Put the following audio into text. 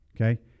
Okay